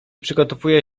przygotowuję